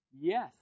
Yes